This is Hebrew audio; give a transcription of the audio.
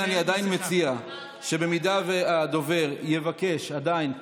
אני עדיין מציע שאם הדובר יבקש עדיין,